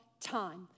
time